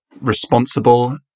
responsible